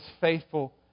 faithful